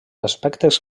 aspectes